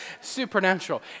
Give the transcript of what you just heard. supernatural